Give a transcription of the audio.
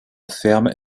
ferme